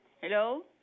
Hello